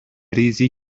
ریزی